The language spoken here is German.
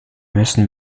müssen